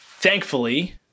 thankfully